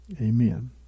Amen